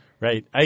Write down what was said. Right